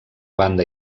banda